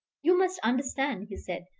you must understand, he said,